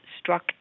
struck